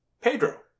Pedro